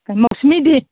ꯃꯧꯁꯃꯤꯗꯤ